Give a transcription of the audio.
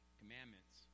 commandments